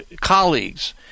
colleagues